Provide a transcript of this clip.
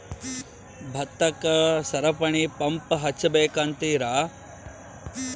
ಭತ್ತಕ್ಕ ಸರಪಣಿ ಪಂಪ್ ಹಚ್ಚಬೇಕ್ ಅಂತಿರಾ?